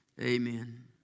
Amen